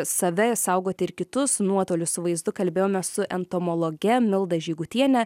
save saugoti ir kitus nuotoliu su vaizdu kalbėjome su entomologe milda žygutiene